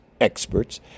experts